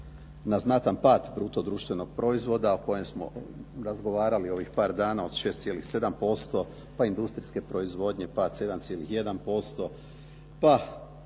na znatan pad bruto društvenog proizvoda o kojem smo razgovarali ovih par dana od 6,7% pa industrijske proizvodnje pad 7,1%, pa